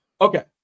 okay